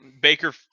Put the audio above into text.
Baker